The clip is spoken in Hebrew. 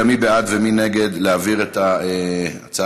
מי בעד ומי נגד להעביר לוועדת החוקה את ההצעה